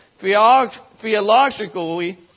Theologically